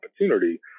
opportunity